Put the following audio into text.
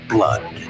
Blood